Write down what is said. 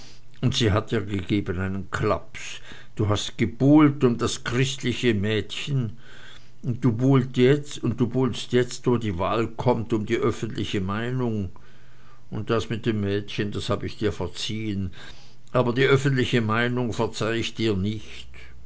und sie hat dir gegeben einen klaps du hast gebuhlt um das christliche mädchen und du buhlst jetzt wo die wahl kommt um die öffentliche meinung und das mit dem mädchen das hab ich dir verziehen aber die öffentliche meinung verzeih ich dir nicht